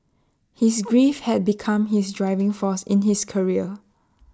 his grief had become his driving force in his career